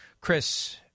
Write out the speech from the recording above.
Chris